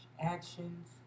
actions